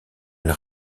elle